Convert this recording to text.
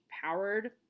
powered